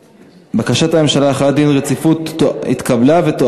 בקשת הממשלה להחלת דין רציפות התקבלה והצעת